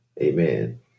amen